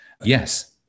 yes